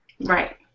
Right